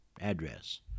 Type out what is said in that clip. address